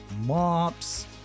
mops